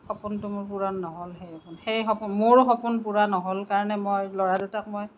সপোনটো মোৰ পূৰণ নহয় সেই সেই সপোন মোৰ সপোন পুৰা নহ'ল কাৰণে মই ল'ৰা দুটাক মই